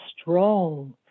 strong